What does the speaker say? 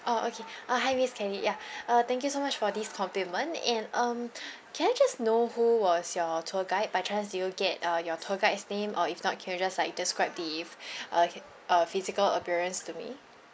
oh okay uh hi miss kelly ya uh thank you so much for these compliment and um can I just know who was your tour guide by chance do you get uh your tour guide's name or if not can you just like describe the uh uh physical appearance to me